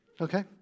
Okay